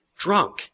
drunk